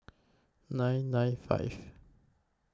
nine nine five